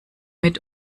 mit